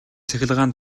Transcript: цахилгаан